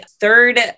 third